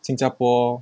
新加坡